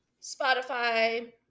Spotify